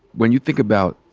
when you think about,